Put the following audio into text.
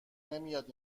نمیاد